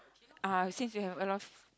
uh since you have a lot of